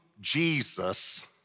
Jesus